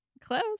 close